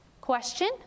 Question